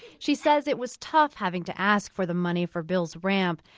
she says it was tough having to ask for the money for bill's ramp.